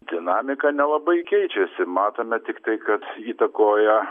dinamika nelabai keičiasi matome tiktai kad įtakoja